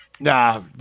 Nah